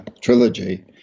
trilogy